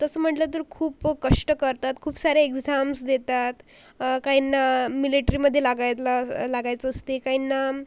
तसं म्हटलं तर खूपं कष्ट करतात खूप सारे एक्झाम्स देतात काहींना मिलेटरीमध्ये लागायला लागायचं असते काहींना